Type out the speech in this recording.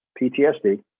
PTSD